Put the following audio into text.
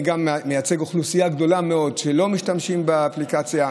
אני גם מייצג אוכלוסייה גדולה מאוד שלא משתמשת באפליקציה,